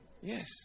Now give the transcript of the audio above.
Yes